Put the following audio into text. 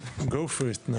Go for it.